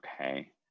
okay